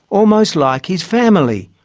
almost like his family.